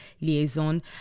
liaison